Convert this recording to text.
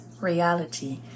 reality